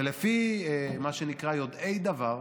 ולפי מה שנקרא "יודעי דבר",